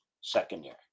secondary